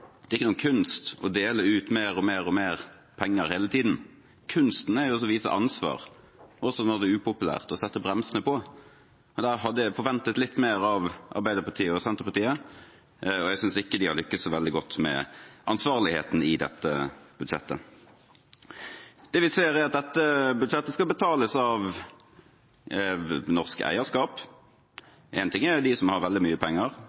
Det er ikke noen kunst å dele ut mer og mer og mer penger hele tiden. Kunsten er å vise ansvar, også når det er upopulært, og sette bremsene på. Der hadde jeg forventet litt mer av Arbeiderpartiet og Senterpartiet. Jeg synes ikke de har lyktes så veldig godt med ansvarligheten i dette budsjettet. Det vi ser, er at dette budsjettet skal betales av norsk eierskap. En ting er de som har veldig mye penger,